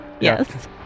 Yes